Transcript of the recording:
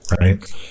right